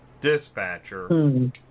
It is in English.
dispatcher